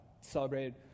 celebrated